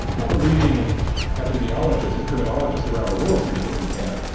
well, the leading epidemiologists and criminologists around the world seem to think we can,